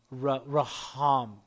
raham